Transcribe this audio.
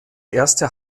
erste